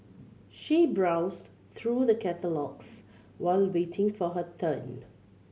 she browsed through the catalogues while waiting for her turn